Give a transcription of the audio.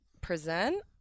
Present